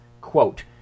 quote